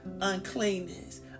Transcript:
uncleanness